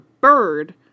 bird